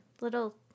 Little